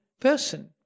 person